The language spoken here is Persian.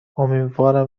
امیدوارم